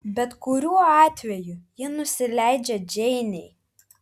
bet kuriuo atveju ji nusileidžia džeinei